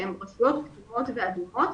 שהן רשויות כתומות ואדומות,